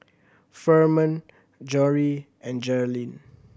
Furman Jory and Jerrilyn